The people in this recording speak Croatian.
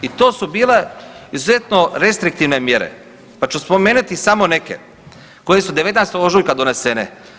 I to su bile izuzetno restriktivne mjere, pa ću spomenuti samo neke koje su 19. ožujka donesene.